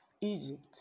Egypt